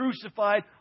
crucified